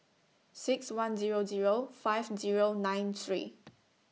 six one Zero Zero five Zero nine three